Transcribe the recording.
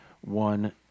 one